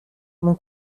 mon